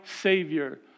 Savior